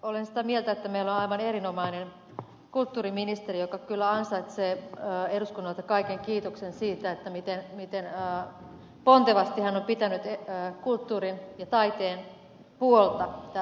olen sitä mieltä että meillä on aivan erinomainen kulttuuriministeri joka kyllä ansaitsee eduskunnalta kaiken kiitoksen siitä miten pontevasti hän on pitänyt kulttuurin ja taiteen puolta tällä hallituskaudella